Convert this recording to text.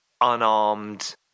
unarmed